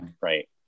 right